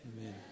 amen